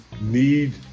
Need